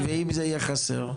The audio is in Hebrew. ואם יהיה חסר?